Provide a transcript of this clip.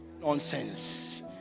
Nonsense